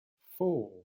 four